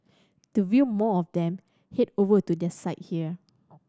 to view more of them head over to their site here